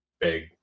big